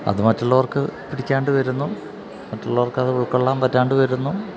അത് മറ്റുള്ളവർക്ക് പിടിക്കാതെ വരുന്നു മറ്റുള്ളവർക്കത് ഉൾക്കൊള്ളാൻ പറ്റാതെ വരുന്നു